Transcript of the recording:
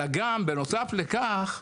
אלא נוסף על כך,